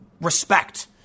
respect